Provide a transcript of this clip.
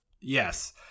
Yes